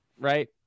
right